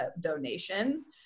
donations